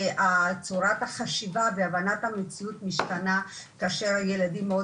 צורת החשיבה והבנת המציאות משתנה כאשר ילדים מאוד